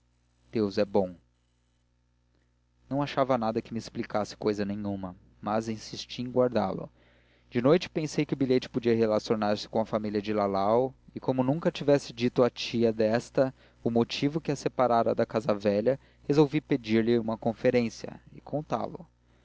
deus é bom não achava nada que me explicasse cousa nenhuma mas insisti em guardá-lo de noite pensei que o bilhote podia relacionar se com a família da lalau e como nunca tivesse dito à tia desta o motivo que a separara da casa velha resolvi pedir-lhe uma conferência e